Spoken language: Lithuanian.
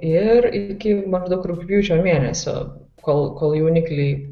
ir iki maždaug rugpjūčio mėnesio kol kol jaunikliai